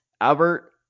Albert